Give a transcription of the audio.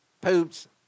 poops